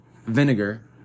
vinegar